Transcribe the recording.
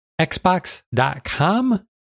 Xbox.com